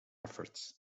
erfurt